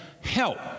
help